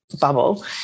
bubble